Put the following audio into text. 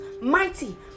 mighty